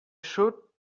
should